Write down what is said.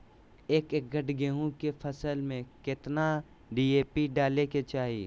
एक एकड़ गेहूं के फसल में कितना डी.ए.पी डाले के चाहि?